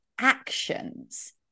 actions